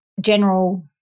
general